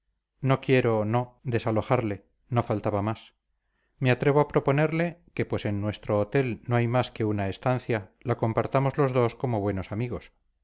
no quiero no desalojarle no faltaba más me atrevo a proponerle que pues en nuestro hotel no hay más que una estancia la compartamos los dos como buenos amigos